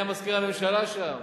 היה מזכיר הממשלה שם.